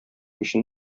өчен